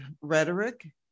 rhetoric